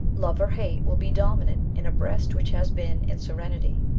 love or hate will be dominant in a breast which has been in serenity,